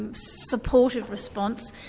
and supportive response,